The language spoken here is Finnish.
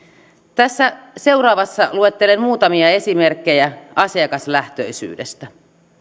tässä seuraavassa luettelen muutamia esimerkkejä asiakaslähtöisyydestä